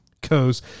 goes